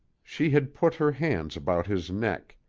she had put her hands about his neck,